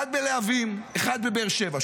אחד בלהבים, אחד בבאר שבע.